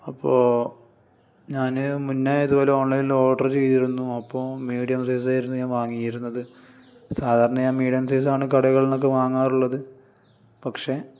അപ്പോൾ ഞാൻ മുൻപേ ഇതുപോലെ ഓൺലൈനിൽ ഓർഡർ ചെയ്തിരുന്നു അപ്പോൾ മീഡിയം സൈസായിരുന്നു ഞാൻ വാങ്ങിയിരുന്നത് സാധാരണ ഞാൻ മീഡിയം സൈസാണ് കടകളിൽ നിന്നൊക്കെ വാങ്ങാറുള്ളത് പക്ഷെ